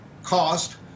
cost